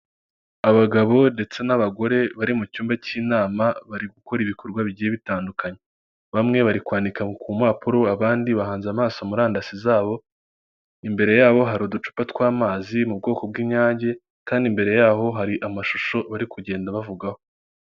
Abagabo ndetse n'abagore bari mu cyumba cy'inama bari gukora ibikorwa bigiye bitandukanye. Bamwe bari kwandika ku mpapuro, abandi bahanze amaso murandasi zabo, imbere yabo hari uducupa tw'amazi mu bwoko bw'inyange, kandi imbere yabo hari amashusho bari kugenda bavugaho.